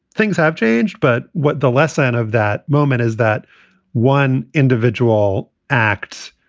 things have changed. but what the lesson of that moment is that one individual acts,